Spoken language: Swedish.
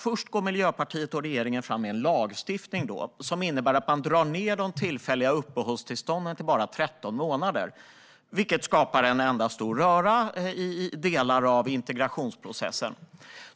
Först går Miljöpartiet och regeringen fram med en lagstiftning som innebär att man drar ned de tillfälliga uppehållstillstånden till bara 13 månader, vilket skapar en enda stor röra i delar av integrationsprocessen.